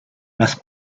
las